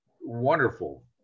wonderful